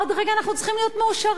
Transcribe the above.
עוד רגע אנחנו צריכים להיות מאושרים.